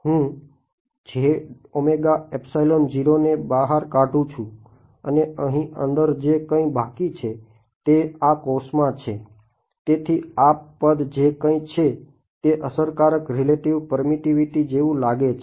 હું ને બહાર કાઢું જેવું લાગે છે